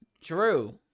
True